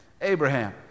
Abraham